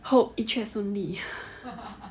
hope 一切顺利